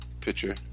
picture